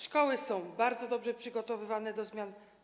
Szkoły są bardzo dobrze przygotowywane do zmian.